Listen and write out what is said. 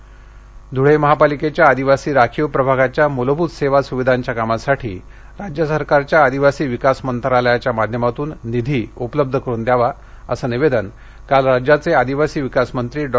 आदिवासी निधी धळे ध्रळे महापालिकेच्या आदिवासी राखीव प्रभागाच्या मूलभूत सेवा सुविधांच्या कामासाठी राज्य सरकारच्या आदिवासी विकास मंत्रालयाच्या माध्यमातून निधी उपलब्ध करुन द्यावा असे निवेदन काल राज्याचे आदिवासी विकास मंत्री डॉ